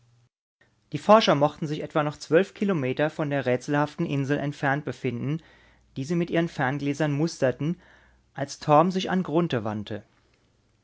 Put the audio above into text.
die forscher mochten sich etwa noch zwölf kilometer von der rätselhaften insel entfernt befinden die sie mit ihren ferngläsern musterten als torm sich an grunthe wandte